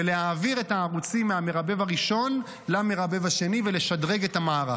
ולהעביר את הערוצים מהמרבב הראשון למרבב השני ולשדרג את המערך.